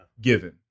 given